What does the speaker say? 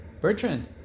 Bertrand